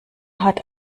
hat